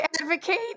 advocate